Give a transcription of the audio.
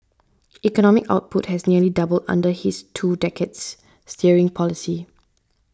economic output has nearly doubled under his two decades steering policy